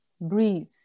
breathe